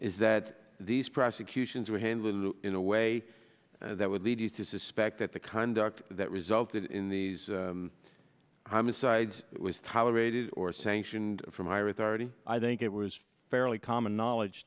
is that these prosecutions were handled in a way that would lead you to suspect that the conduct that resulted in these homicides was tolerated or sanctioned from higher authority i think it was fairly common knowledge